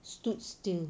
stood still